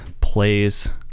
plays